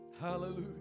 hallelujah